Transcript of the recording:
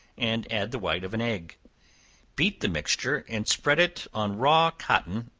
and add the white of an egg beat the mixture, and spread it on raw cotton,